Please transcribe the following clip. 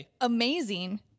amazing